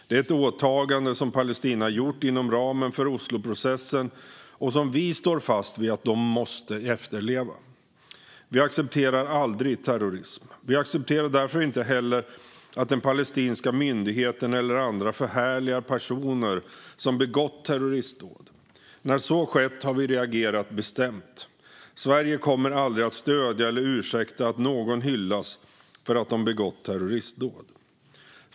Det är ett åtagande som Palestina har gjort inom ramen för Osloprocessen och som vi står fast vid att man måste efterleva. Vi accepterar aldrig terrorism. Vi accepterar därför inte heller att den palestinska myndigheten eller andra förhärligar personer som har begått terroristdåd. När så skett har vi reagerat bestämt. Sverige kommer aldrig att stödja eller ursäkta att personer hyllas för att de begått terroristdåd.